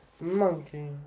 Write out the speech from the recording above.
Monkey